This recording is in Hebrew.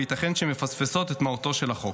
וייתכן שמפספסות את מהותו של החוק.